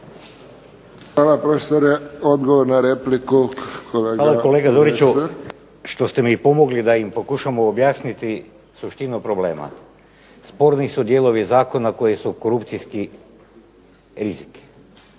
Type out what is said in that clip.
laburisti - Stranka rada)** Hvala kolega Doriću što ste mi pomogli da im pokušam objasniti suštinu problema. Sporni su dijelovi zakona koji su korupcijski rizik.